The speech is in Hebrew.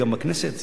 גם לכנסת.